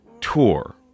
tour